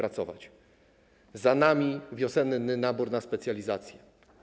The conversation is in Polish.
Za nami wiosenny nabór na specjalizacje.